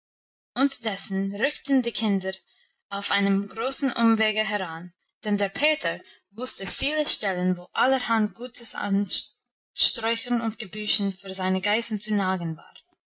unterdessen rückten die kinder auf einem großen umwege heran denn der peter wusste viele stellen wo allerhand gutes an sträuchern und gebüschen für seine geißen zu nagen war